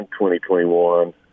2021